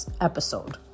episode